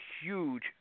huge